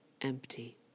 empty